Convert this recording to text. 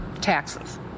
taxes